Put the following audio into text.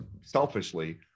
selfishly